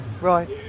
right